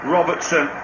Robertson